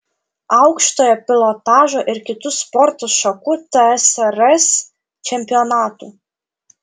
aukštojo pilotažo ir kitų sporto šakų tsrs čempionatų